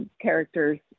Characters